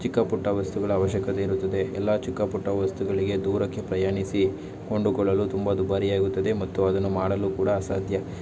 ಚಿಕ್ಕ ಪುಟ್ಟ ವಸ್ತುಗಳ ಅವಶ್ಯಕತೆ ಇರುತ್ತದೆ ಎಲ್ಲ ಚಿಕ್ಕ ಪುಟ್ಟ ವಸ್ತುಗಳಿಗೆ ದೂರಕ್ಕೆ ಪ್ರಯಾಣಿಸಿ ಕೊಂಡುಕೊಳ್ಳಲು ತುಂಬ ದುಬಾರಿಯಾಗುತ್ತದೆ ಮತ್ತು ಅದನ್ನು ಮಾಡಲು ಕೂಡ ಅಸಾಧ್ಯ